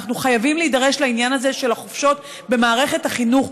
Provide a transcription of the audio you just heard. אנחנו חייבים להידרש לעניין הזה של החופשות במערכת החינוך.